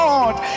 Lord